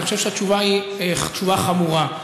אני חושב שהתשובה היא תשובה חמורה.